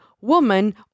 woman